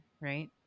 right